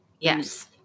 Yes